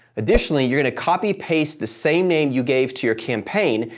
additionally, you're going to copy paste the same name you gave to your campaign,